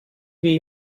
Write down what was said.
wie